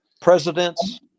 Presidents